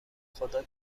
خدا